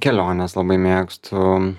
keliones labai mėgstu